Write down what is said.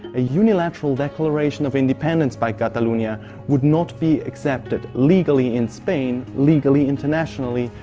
a unilateral declararion of independence by cataluna would not be accepted legally in spain, legally internationally,